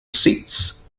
seats